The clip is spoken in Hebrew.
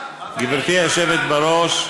גברתי היושבת בראש,